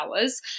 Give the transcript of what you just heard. hours